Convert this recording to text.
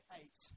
eight